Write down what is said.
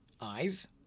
eyes